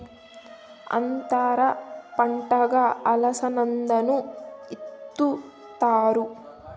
అంతర పంటగా అలసందను ఇత్తుతారు